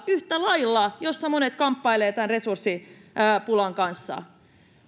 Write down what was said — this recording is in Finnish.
yhtä lailla julkisella puolella jossa monet kamppailevat resurssipulan kanssa